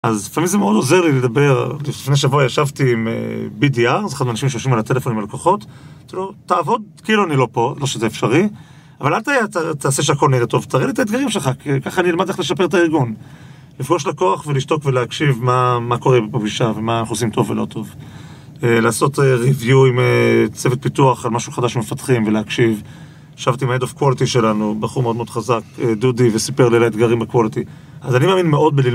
אז לפעמים זה מאוד עוזר לי לדבר. לפני שבוע ישבתי עם BDR, זה אחד מהאנשים שיושבים על הטלפון עם הלקוחות. אמרתי לו, תעבוד כאילו אני לא פה, לא שזה אפשרי.. אבל אל תעשה שהכל נראה טוב, תראה לי את האתגרים שלך, כי ככה אני אלמד איך לשפר את הארגון. לפגוש לקוח ולשתוק ולהקשיב מה קורה בפגישה ומה אנחנו עושים טוב ולא טוב, לעשות ריוויו עם צוות פיתוח על משהו חדש שמפתחים ולהקשיב. ישבתי עם ההד אוף קוולטי שלנו, בחור מאוד מאוד חזק, דודי, וסיפר לי על האתגרים בקוולטי, אז אני מאמין מאוד ב..